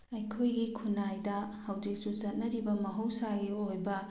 ꯑꯩꯈꯣꯏꯒꯤ ꯈꯨꯟꯅꯥꯏꯗ ꯍꯧꯖꯤꯛꯁꯨ ꯆꯠꯅꯔꯤꯕ ꯃꯍꯧꯁꯥꯒꯤ ꯑꯣꯏꯕ